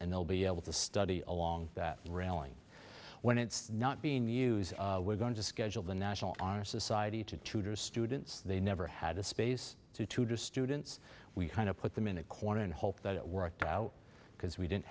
and they'll be able to study along that railing when it's not being used we're going to schedule the national honor society to tutor students they never had the space to tutor students we kind of put them in a corner and hope that it worked out because we didn't